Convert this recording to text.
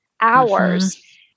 hours